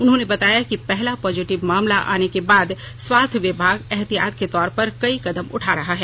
उन्होंने बताया कि पहला पॉजिटिव मामला आने के बाद स्वास्थ्य विभाग एहतिहात के तौर पर कई कदम उठा रहा है